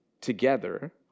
together